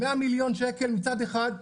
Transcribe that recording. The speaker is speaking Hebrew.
100 מיליון שקל מצד אחד,